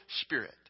Spirit